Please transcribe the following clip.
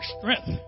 strength